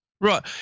Right